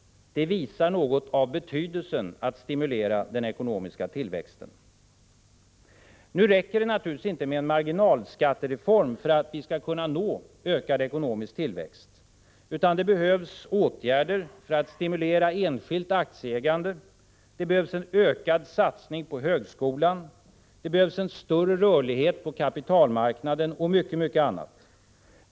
Det visar något om betydelsen av att stimulera den ekonomiska tillväxten. Nu räcker det naturligtvis inte med en marginalskattereform för att vi skall 15 kunna nå ökad ekonomisk tillväxt. Det behövs åtgärder för att stimulera enskilt aktiesparande, ökad satsning på högskolan, en större rörlighet på kapitalmarknaden och mycket annat.